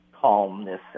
calmness